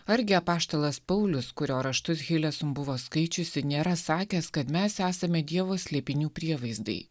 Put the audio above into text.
argi apaštalas paulius kurio raštus hilesum buvo skaičiusi nėra sakęs kad mes esame dievo slėpinių prievaizdai